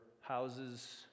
houses